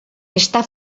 està